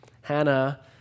Hannah